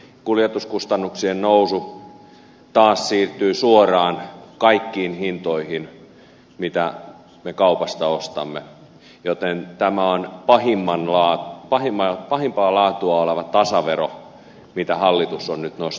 kuljetuskustannuksien nousu taas siirtyy suoraan kaikkien niiden tuotteiden hintoihin mitä me kaupasta ostamme joten tämä on pahimpaa laatua oleva tasavero mitä hallitus on nyt nostamassa